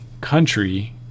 country